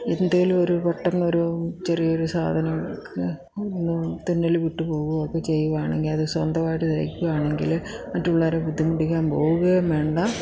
എന്തെങ്കിലുമൊരു പെട്ടന്നൊരു ചെറിയൊരു സാധനം തുന്നൽ വിട്ടു പോകുകയൊക്കെ ചെയ്യുകയാണെങ്കിൽ അത് സ്വന്തമായിട്ട് തയ്ക്കുകയാണെങ്കിൽ മറ്റുള്ളവരെ ബുദ്ധിമുട്ടിക്കാൻ പോവുകയും വേണ്ട